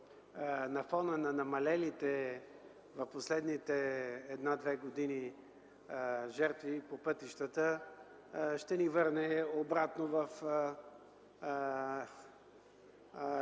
на фона на намалелите в последните една-две години жертви по пътищата, ще ни върне обратно в